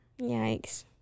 Yikes